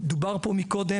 דובר פה מקודם,